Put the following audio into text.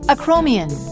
Acromion